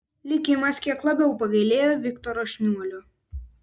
likimas kiek labiau pagailėjo viktoro šniuolio